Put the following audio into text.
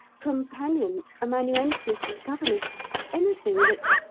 companion, amanuensis, governess anything that,